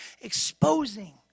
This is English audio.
Exposing